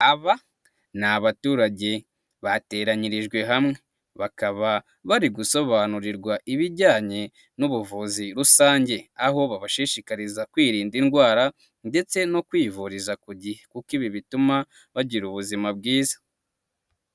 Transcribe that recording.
Aba ni abaturage bateranyirijwe hamwe bakaba bari gusobanurirwa ibijyanye n'ubuvuzi rusange, aho babashishikariza kwirinda indwara ndetse no kwivuriza ku gihe kuko ibi bituma bagira ubuzima bwiza.